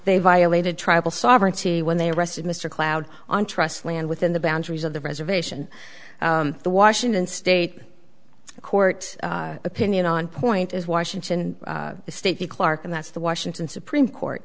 they violated tribal sovereignty when they arrested mr cloud on trust land within the boundaries of the reservation the washington state court opinion on point is washington state the clark and that's the washington supreme court